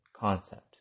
concept